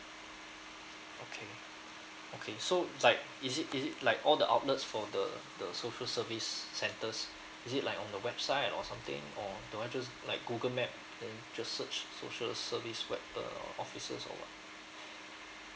okay okay so like is it is it like all the outlets for the the social service centres is it like on the website or something or do I just like google map then just search social service centre offices or what